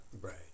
Right